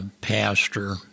pastor